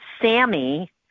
Sammy